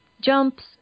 jumps